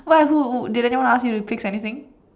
what who who did anyone ask you to fix anything